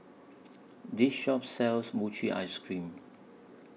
This Shop sells Mochi Ice Cream